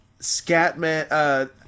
Scatman